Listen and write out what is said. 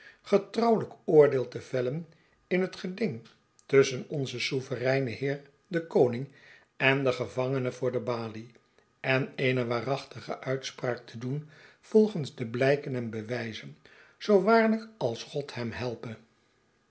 getrouwelijk oordeel te vellen in het geding tusschen onzen souvereinen heer den koning en den gevangene voor de balie en eene waarachtige uitspraak te doen volgens de blijken en bewijzen zoo waarlijk als god hem helpe